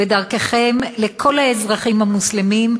ודרככם לכל האזרחים המוסלמים,